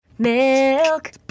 Milk